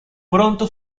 pronto